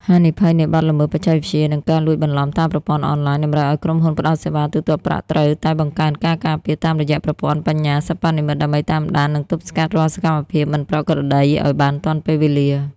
ហានិភ័យនៃបទល្មើសបច្ចេកវិទ្យា និងការលួចបន្លំតាមប្រព័ន្ធអនឡាញ តម្រូវឱ្យក្រុមហ៊ុនផ្ដល់សេវាទូទាត់ប្រាក់ត្រូវតែបង្កើនការការពារតាមរយៈប្រព័ន្ធបញ្ញាសិប្បនិម្មិតដើម្បីតាមដាន និងទប់ស្កាត់រាល់សកម្មភាពមិនប្រក្រតីឱ្យបានទាន់ពេលវេលា។